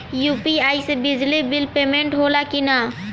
UPI से बिजली bill payment होला कि न?